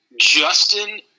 Justin